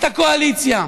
את הקואליציה,